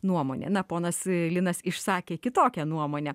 nuomonė na ponas linas išsakė kitokią nuomonę